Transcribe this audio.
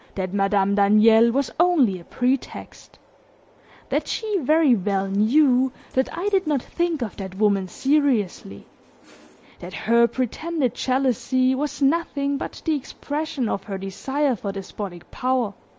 that madame daniel was only a pretext that she very well knew that i did not think of that woman seriously that her pretended jealousy was nothing but the expression of her desire for despotic power,